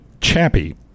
Chappie